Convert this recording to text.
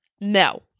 No